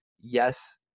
Yes